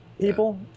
people